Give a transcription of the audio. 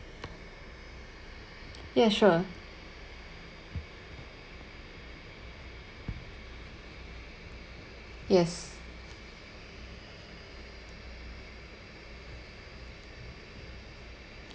yes sure yes